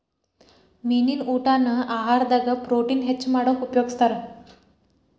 ಮೇನಿನ ಊಟಾನ ಆಹಾರದಾಗ ಪ್ರೊಟೇನ್ ಹೆಚ್ಚ್ ಮಾಡಾಕ ಉಪಯೋಗಸ್ತಾರ